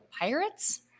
Pirates